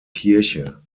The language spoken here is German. kirche